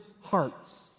hearts